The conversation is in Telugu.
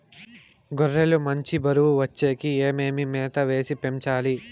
గొర్రె లు మంచి బరువు వచ్చేకి ఏమేమి మేత వేసి పెంచాలి?